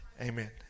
Amen